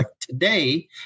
today